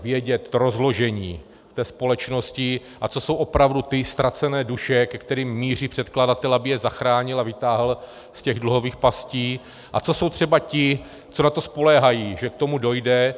Vědět rozložení společnosti, a co jsou opravdu ty ztracené duše, ke kterým míří předkladatel, aby je zachránil a vytáhl z těch dluhových pastí, a co jsou třeba ti, co na to spoléhají, že k tomu dojde.